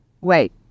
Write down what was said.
Wait